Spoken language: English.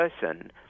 person